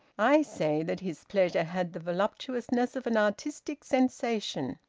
i say that his pleasure had the voluptuousness of an artistic sensation.